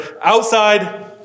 outside